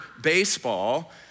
baseball